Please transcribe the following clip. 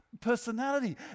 personality